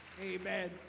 Amen